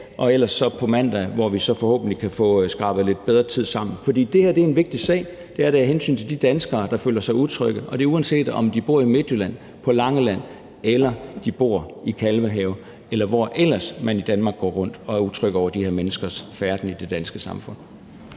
og ellers på mandag, hvor vi forhåbentlig kan få skrabet lidt bedre tid sammen. For det her er en vigtig sag. Det er det af hensyn til de danskere, der føler sig utrygge, og det er, uanset om de bor i Midtjylland, på Langeland eller i Kalvehave, eller hvor ellers i Danmark man bor og er utryg over de her menneskers færden i det danske samfund.